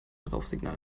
rauchsignal